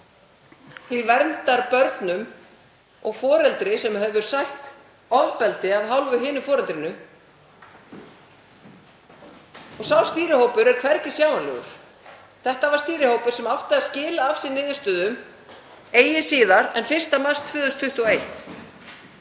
til verndar börnum og foreldri sem hefur sætt ofbeldi af hálfu hins foreldrisins átti að skila niðurstöðum. Sá stýrihópur er hvergi sjáanlegur. Þetta var stýrihópur sem átti að skila af sér niðurstöðum eigi síðar en 1. mars 2021